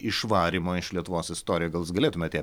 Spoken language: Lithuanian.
išvarymo iš lietuvos istoriją gal jūs galėtumėt ją